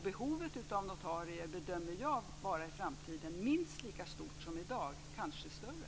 Och jag bedömer att behovet av notarier i framtiden är minst lika stort som i dag, kanske större.